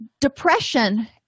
Depression